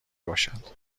باشد